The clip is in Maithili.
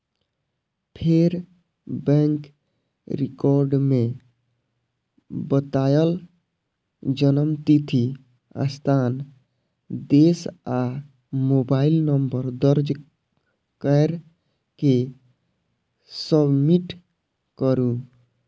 फेर बैंक रिकॉर्ड मे बतायल जन्मतिथि, स्थान, देश आ मोबाइल नंबर दर्ज कैर के सबमिट करू